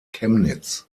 chemnitz